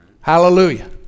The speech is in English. Hallelujah